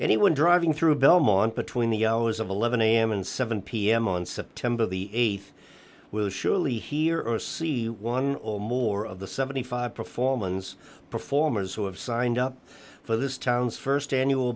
anyone driving through belmont between the hours of eleven am and seven pm on september the th will surely hear or see one or more of the seventy five performance performers who have signed up for this town's st annual